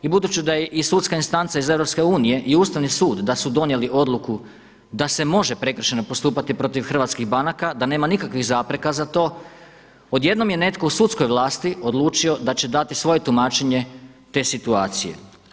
I budući da je i sudska instanca iz EU u Ustavni sud da su donijeli odluku da se može prekršajno postupati protiv hrvatskih banaka, da nema nikakvih zapreka za to, odjednom je netko u sudskoj vlasti odlučio da će dati svoje tumačenje svoje situacije.